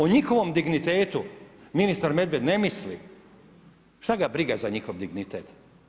O njihovom dignitetu ministar Medved ne misli, šta ga briga za njihov dignitet.